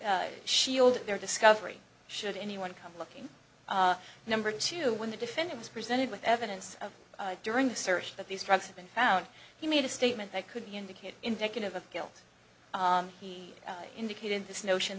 to shield their discovery should anyone come looking number two when the defendant was presented with evidence of during the search that these drugs have been found he made a statement that could be indicated indicative of guilt he indicated this notion